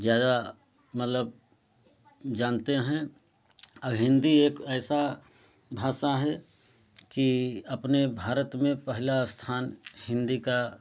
ज़्यादा मतलब जानते हैं अब हिंदी एक ऐसा भाषा है कि अपने भारत में पहला स्थान हिंदी का